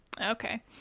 Okay